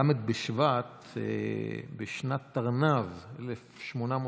ל' בשבט בשנת תרנ"ו, 1896,